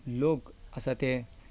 लोक आसा ते